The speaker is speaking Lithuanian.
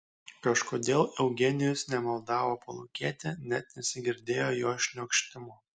kažkodėl eugenijus nemaldavo palūkėti net nesigirdėjo jo šniokštimo